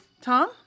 Tom